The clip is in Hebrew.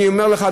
אני אומר לך,